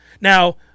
Now